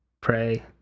Pray